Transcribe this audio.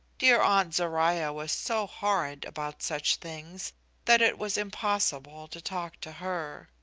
dear aunt zoruiah was so horrid about such things that it was impossible to talk to her!